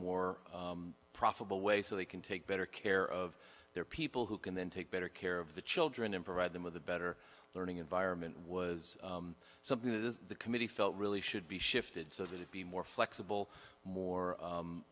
more profitable way so they can take better care of their people who can then take better care of the children and provide them with a better learning environment was something that is the committee felt really should be shifted so that it be more flexible more